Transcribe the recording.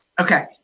Okay